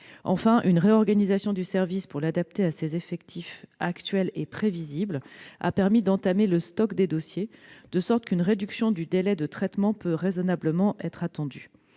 Enfin, une réorganisation du service, visant à l'adapter à ses effectifs actuels et prévisibles, a permis d'entamer le stock des dossiers, de telle sorte qu'une réduction du délai de traitement peut raisonnablement être attendue.